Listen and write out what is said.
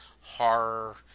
horror